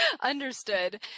Understood